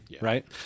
right